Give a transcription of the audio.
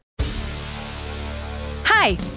Hi